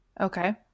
Okay